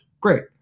Great